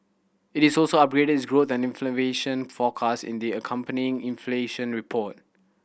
it is also upgraded its growth and forecast in the accompanying inflation report